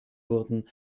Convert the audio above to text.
wurden